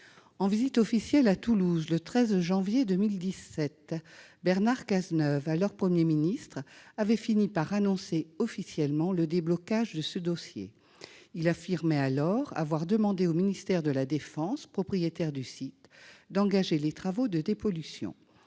En visite officielle à Toulouse le 13 janvier 2017, Bernard Cazeneuve, alors Premier ministre, avait fini par annoncer officiellement le déblocage de ce dossier. Il affirmait alors avoir demandé au ministère de la défense, propriétaire du site, d'engager les travaux de dépollution.